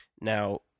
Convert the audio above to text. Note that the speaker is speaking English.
Now